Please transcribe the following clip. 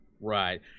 right